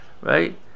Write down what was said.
Right